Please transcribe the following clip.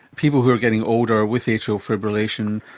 people who are getting older, with atrial fibrillation,